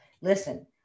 Listen